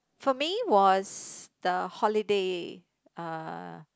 for me was the holiday uh